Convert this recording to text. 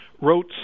wrote